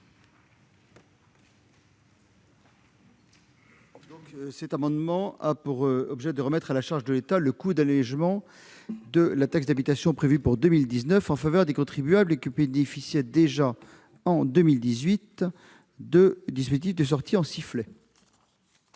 Cet amendement a pour objet de remettre à la charge de l'État le coût de l'allégement de la taxe d'habitation prévu pour 2019 en faveur des contribuables qui bénéficiaient déjà en 2018 du dispositif de sortie en sifflet.